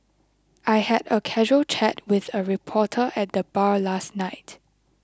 I had a casual chat with a reporter at the bar last night